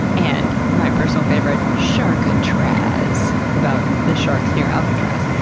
and my personal favourite, sharkatraz, about the sharks near alcatraz.